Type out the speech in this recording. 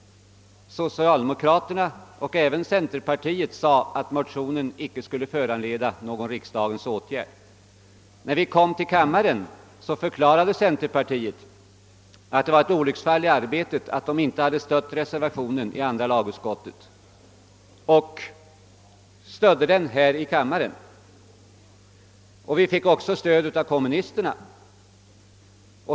Socialdemokraterna och även centerpartisterna uttalade att motionen icke borde föranleda någon riksdagens åtgärd. När ärendet behandiades i kamrarna förklarade centerpartiet, att det var ett olycksfall i arbetet att partiet inte hade stött motionen i andra lagutskottet, och stödde den här i kammaren. Vi fick också stöd av kommunisterna.